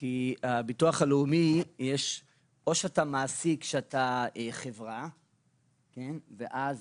כי בביטוח הלאומי, או שאתה מעסיק שאתה חברה ואז